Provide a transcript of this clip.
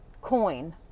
coin